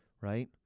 Right